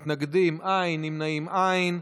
מתנגדים, אין, נמנעים, אין.